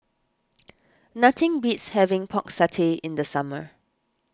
nothing beats having Pork Satay in the summer